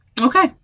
Okay